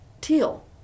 Teal